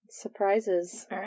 Surprises